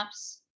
apps